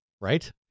right